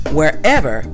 wherever